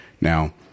Now